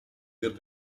wird